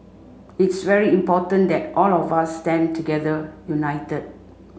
it's very important that all of us stand together united